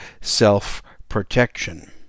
Self-Protection